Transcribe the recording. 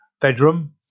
bedroom